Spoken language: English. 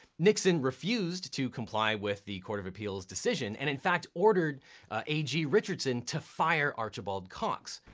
nixon refused to comply with the court of appeals decision, and in fact ordered ag richardson to fire archibald cox.